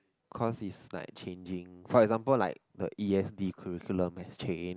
cause it's like changing for example like the E_S_D curricular has changed